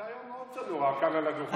אתה היום מאוד צנוע כאן על הדוכן.